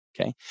Okay